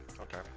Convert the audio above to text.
okay